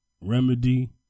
Remedy